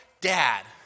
dad